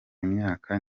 imyaka